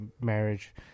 marriage